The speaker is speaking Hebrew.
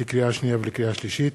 הכנסת, לקריאה שנייה ולקריאה שלישית: